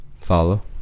Follow